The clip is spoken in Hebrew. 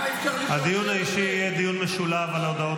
--- הדיון האישי יהיה דיון משולב על הודעות